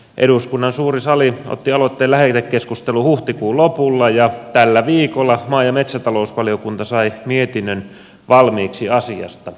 eduskunnan suuri sali otti aloitteen lähetekeskusteluun huhtikuun lopulla ja tällä viikolla maa ja metsätalousvaliokunta sai mietinnön valmiiksi asiasta